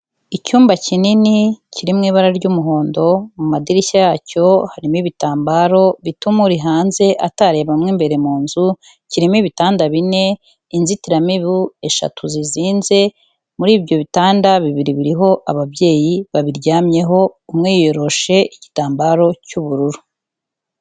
Icyumba kinini kiri mu ibara ry'umuhondo, mu madirishya yacyo, harimo ibitambaro bituma uri hanze atareba mo imbere mu nzu, kirimo ibitanda bine, inzitiramibu eshatu zizinze, muri ibyo bitanda bibiri biriho ababyeyi babiryamyeho, umwe yiyoroshe igitambaro cy'ubururu.